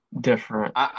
different